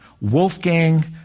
Wolfgang